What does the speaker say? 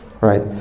right